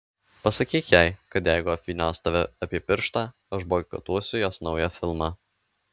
pasakyk jai kad jeigu apvynios tave apie pirštą aš boikotuosiu jos naują filmą